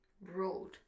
Road